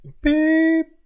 Beep